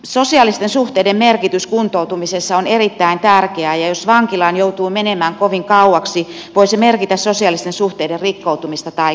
sosiaalisten suhteiden merkitys kuntoutumisessa on erittäin tärkeää ja jos vankilaan joutuu menemään kovin kauaksi voi se merkitä sosiaalisten suhteiden rikkoutumista tai katkeamista